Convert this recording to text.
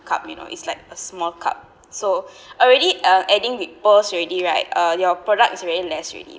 cup you know it's like a small cup so already uh adding with pearls already right uh your product is really less already